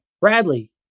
Bradley